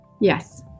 Yes